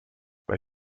bei